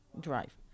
drive